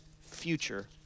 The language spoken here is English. future